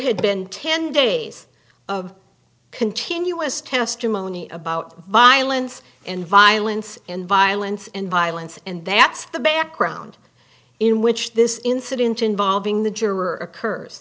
had been ten days of continuous testimony about violence and violence and violence and violence and that's the background in which this incident involving the juror occurs